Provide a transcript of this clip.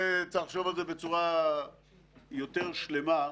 צריך לחשוב על זה בצורה יותר שלמה,